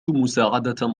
مساعدة